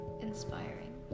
inspiring